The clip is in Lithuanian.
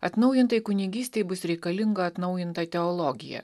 atnaujintai kunigystei bus reikalinga atnaujinta teologija